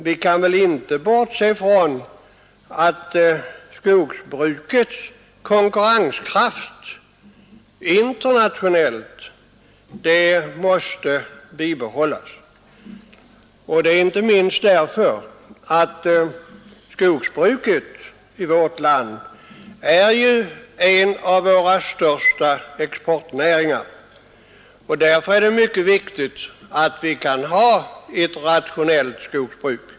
Vi kan inte bortse från att skogsbrukets konkurrenskraft internationellt sett måste bibehållas och detta inte minst därför att skogsbruket är en av vårt lands största exportnäringar. Därför är det mycket viktigt att vi har ett rationellt skogsbruk.